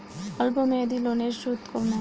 অল্প মেয়াদি লোনের সুদ কেমন?